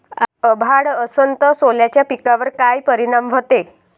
अभाळ असन तं सोल्याच्या पिकावर काय परिनाम व्हते?